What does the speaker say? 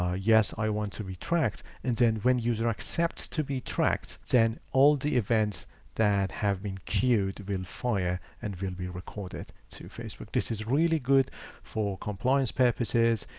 ah yes, i want to tract. and then when user accepts to be tracked, then all the events that have been queued will fire and will be recorded to facebook. this is really good for compliance purposes,